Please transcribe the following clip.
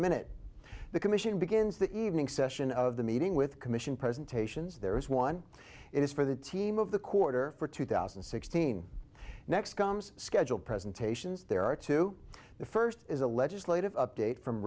minute the commission begins the evening session of the meeting with commission presentations there is one is for the team of the quarter for two thousand and sixteen next comes scheduled presentations there are two the first is a legislative update from